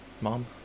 mom